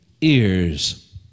ears